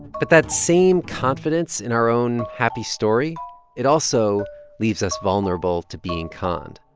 but that same confidence in our own happy story it also leaves us vulnerable to being conned